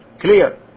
Clear